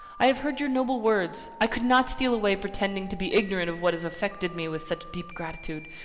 i have heard your noble words. i could not steal away, pretending to be ignorant of what has affected me with such deep gratitude.